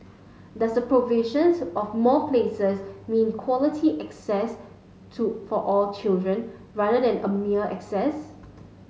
does the provisions of more places mean quality access to for all children rather than a mere access